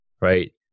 right